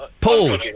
Paul